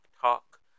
talk